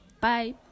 Bye